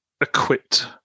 equipped